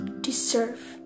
deserve